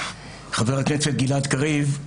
חבר הכנסת גלעד קריב,